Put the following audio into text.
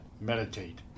meditate